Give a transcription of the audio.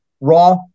Raw